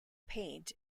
paint